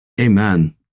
amen